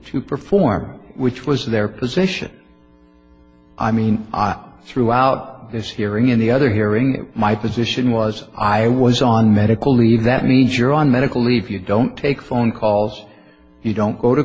to perform which was their position i mean i throughout this hearing in the other hearing my position was i was on medical leave that means you're on medical leave you don't take phone calls you don't go to